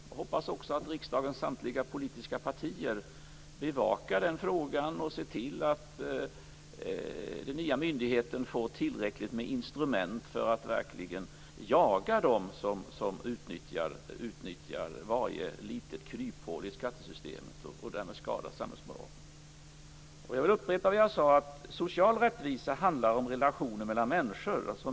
Jag hoppas också att riksdagens samtliga politiska partier bevakar den här frågan och ser till att den nya myndigheten får tillräckligt med instrument för att verkligen jaga dem som utnyttjar varje litet kryphål i skattesystemet och därmed skadar samhällsmoralen. Jag vill upprepa det jag sade: Social rättvisa handlar om relationer mellan människor.